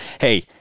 hey